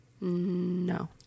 No